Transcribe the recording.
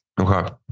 Okay